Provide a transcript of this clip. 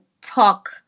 talk